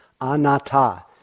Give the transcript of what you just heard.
anatta